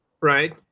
right